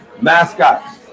mascots